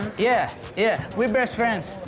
yeah. yeah, we're best friends.